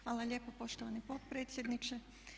Hvala lijepo poštovani potpredsjedniče.